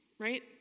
Right